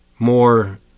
more